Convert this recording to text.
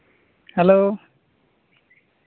hello